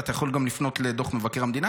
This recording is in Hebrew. ואתה יכול לפנות גם לדוח מבקר המדינה.